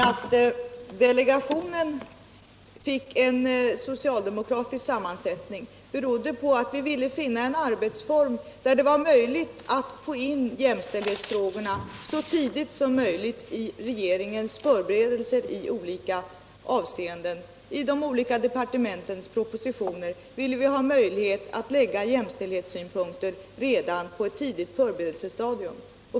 Att delegationen fick en socialdemokratisk sammansättning berodde på att vi ville finna en arbetsform, där det var möjligt att få in jämställdhetsfrågorna så tidigt som möjligt i regeringens förberedelser i olika avseenden. I de olika departementens propositioner ville vi ha möjlighet att lägga jämställdhetssynpunkter redan på ett tidigt förberedelsestadium.